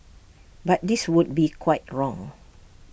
but this would be quite wrong